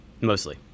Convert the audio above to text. mostly